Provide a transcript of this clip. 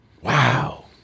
Wow